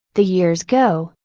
the years go,